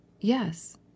yes